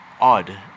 odd